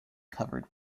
covered